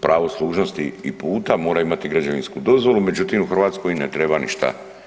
pravo služnosti i puta, moraju imati i građevinsku dozvolu, međutim u Hrvatskoj ne treba ništa.